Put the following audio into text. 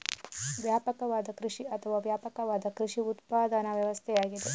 ವ್ಯಾಪಕವಾದ ಕೃಷಿ ಅಥವಾ ವ್ಯಾಪಕವಾದ ಕೃಷಿ ಉತ್ಪಾದನಾ ವ್ಯವಸ್ಥೆಯಾಗಿದೆ